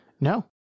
No